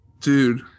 Dude